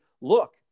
look